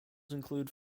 include